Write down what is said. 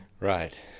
Right